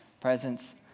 presence